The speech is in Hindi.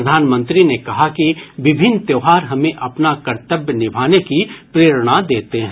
प्रधानमंत्री ने कहा कि विभिन्न त्योहार हमें अपना कर्तव्य निभाने की प्रेरणा देते हैं